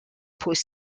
post